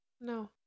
No